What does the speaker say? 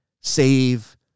save